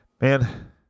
Man